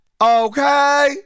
Okay